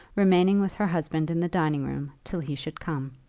remaining with her husband in the dining-room till he should come.